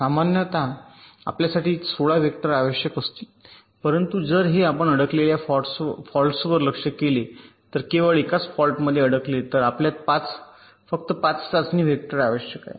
सामान्यत आपल्यासाठी 16 वेक्टर आवश्यक असतील परंतु जर आपण हे अडकलेल्या फॉल्ट्सवर लक्ष्य केले तर केवळ एकाच फॉल्टमध्ये अडकले तर आपल्याला फक्त 5 चाचणी वेक्टर आवश्यक आहेत